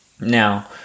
Now